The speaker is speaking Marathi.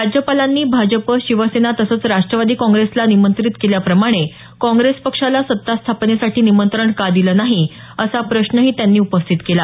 राज्यपालांनी भाजप शिवसेना तसंच राष्ट्रवादी काँग्रेसला निमंत्रित केल्याप्रमाणे काँग्रेस पक्षाला सत्ता स्थापनेसाठी निमंत्रण का दिलं नाही असा प्रश्नही त्यांनी उपस्थित केला